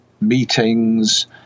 meetings